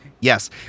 Yes